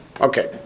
Okay